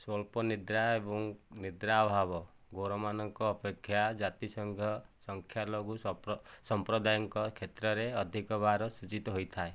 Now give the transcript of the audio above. ସ୍ଵଳ୍ପ ନିଦ୍ରା ଏବଂ ନିଦ୍ରା ଅଭାବ ଗୋରାମାନଙ୍କ ଅପେକ୍ଷା ଜାତିସଙ୍ଘ ସଂଖ୍ୟାଲଘୁ ସପ୍ର ସଂପ୍ରଦାୟଙ୍କ କ୍ଷେତ୍ରରେ ଅଧିକ ବାର ସୂଚିତ ହୋଇଥାଏ